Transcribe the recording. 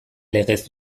legez